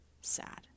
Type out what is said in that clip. sad